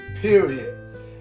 period